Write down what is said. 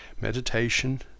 Meditation